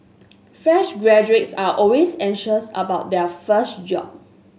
fresh graduates are always anxious about their first job